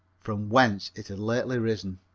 from whence it had lately risen.